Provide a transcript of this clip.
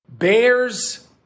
bears